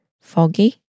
foggy